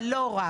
אבל לא רק.